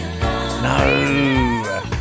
No